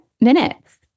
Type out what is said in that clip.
minutes